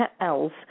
else